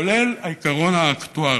כולל העיקרון האקטוארי,